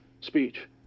speech